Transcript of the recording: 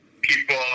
people